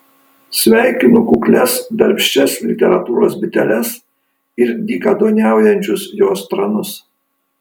sveikinu kuklias darbščias literatūros biteles ir dykaduoniaujančius jos tranus